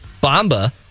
Bomba